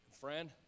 Friend